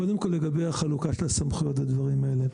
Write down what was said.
קודם כל, לגבי החלוקה של הסמכויות והדברים האלו.